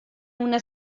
una